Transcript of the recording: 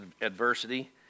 adversity